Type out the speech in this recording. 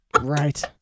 Right